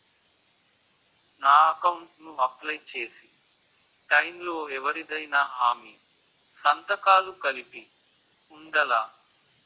నా అకౌంట్ ను అప్లై చేసి టైం లో ఎవరిదైనా హామీ సంతకాలు కలిపి ఉండలా?